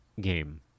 game